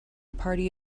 party